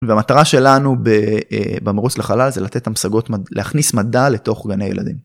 והמטרה שלנו במרוץ לחלל זה לתת המשגות, להכניס מדע לתוך גני ילדים.